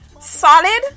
solid